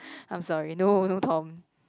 I'm sorry no no Tom